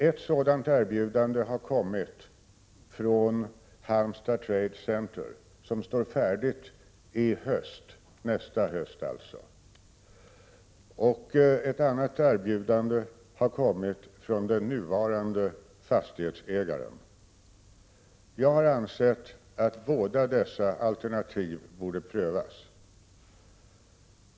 Ett sådant erbjudande har kommit från Halmstad Trade Center, som står färdigt i höst — nästa höst alltså. Ett annat erbjudande har kommit från den nuvarande fastighetsägaren. Jag har ansett att båda dessa alternativ borde prövas.